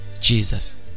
Jesus